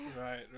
right